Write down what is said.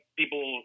people